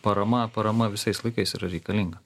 parama parama visais laikais yra reikalinga